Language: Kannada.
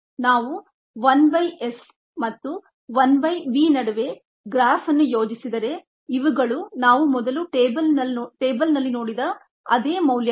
ನಾವು 1 by s ಮತ್ತು 1 by v ನಡುವೆ ಗ್ರಾಫ್ ಅನ್ನು ಯೋಜಿಸಿದರೆ ಇವುಗಳು ನಾವು ಮೊದಲು ಟೇಬಲ್ನಲ್ಲಿ ನೋಡಿದ ಅದೇ ಮೌಲ್ಯಗಳು